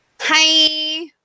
Hi